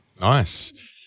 Nice